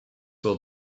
will